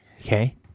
Okay